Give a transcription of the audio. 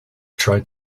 tried